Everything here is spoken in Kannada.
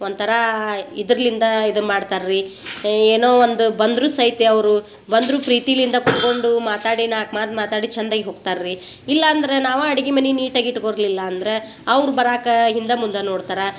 ಒಂಥರ ಇದ್ರ್ಲಿಂದ ಇದು ಮಾಡ್ತಾರೆ ರೀ ಏನೋ ಒಂದು ಬಂದರೂ ಸಹಿತ ಅವರು ಬಂದರು ಪ್ರೀತಿಲಿಂದ ಕುತ್ಕೊಂಡು ಮಾತಾಡಿ ನಾಲ್ಕು ಮಾತು ಮಾತಾಡಿ ಚಂದೈಗೆ ಹೋಗ್ತಾರೆ ರೀ ಇಲ್ಲಾಂದ್ರ ನಾವು ಅಡ್ಗಿ ಮನೆ ನೀಟಾಗೆ ಇಟ್ಕೊಳಿಲ್ಲ ಅಂದ್ರೆ ಅವ್ರು ಬರಕ ಹಿಂದೆ ಮುಂದೆ ನೋಡ್ತಾರೆ